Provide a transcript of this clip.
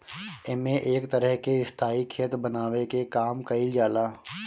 एमे एक तरह के स्थाई खेत बनावे के काम कईल जाला